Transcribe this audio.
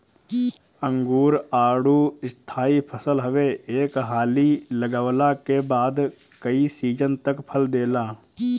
अंगूर, आडू स्थाई फसल हवे एक हाली लगवला के बाद कई सीजन तक फल देला